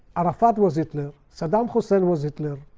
arafat was hitler, saddam hussein was hitler,